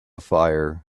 fire